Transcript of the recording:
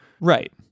Right